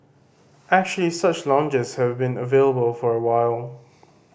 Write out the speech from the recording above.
actually such lounges have been available for a while